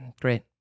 great